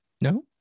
No